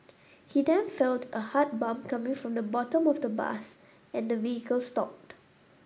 he then felt a hard bump coming from the bottom of the bus and the vehicle stopped